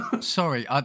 Sorry